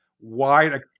wide